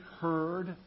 heard